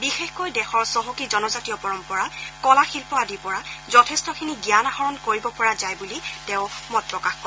বিশেষকৈ দেশৰ চহকী জনজাতীয় পৰম্পৰা কলা শিল্প আদিৰ পৰা যথেষ্টখিনি জ্ঞান আহৰণ কৰিব পৰা যায় বুলি তেওঁ মত প্ৰকাশ কৰে